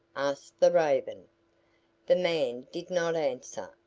asked the raven. the man did not answer.